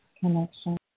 connection